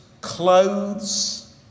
clothes